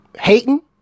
Hating